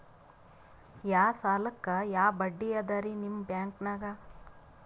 ಯಾ ಸಾಲಕ್ಕ ಯಾ ಬಡ್ಡಿ ಅದರಿ ನಿಮ್ಮ ಬ್ಯಾಂಕನಾಗ?